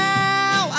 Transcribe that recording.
now